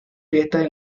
fiestas